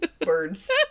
Birds